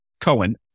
Cohen